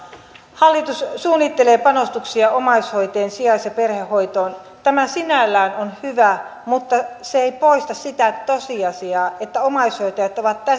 hallitus suunnittelee panostuksia omaishoitajien sijais ja perhehoitoon tämä sinällään on hyvä mutta se ei poista sitä tosiasiaa että omaishoitajat ovat